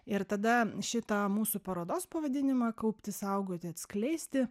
ir tada šitą mūsų parodos pavadinimą kaupti saugoti atskleisti